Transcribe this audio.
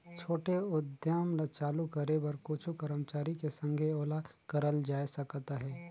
छोटे उद्यम ल चालू करे बर कुछु करमचारी के संघे ओला करल जाए सकत अहे